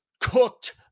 cooked